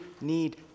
need